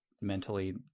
mentally